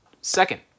Second